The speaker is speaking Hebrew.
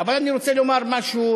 אבל אני רוצה לומר משהו,